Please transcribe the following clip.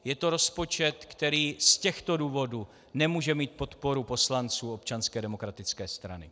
Je to rozpočet, který z těchto důvodů nemůže mít podporu poslanců Občanské demokratické strany.